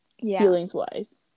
feelings-wise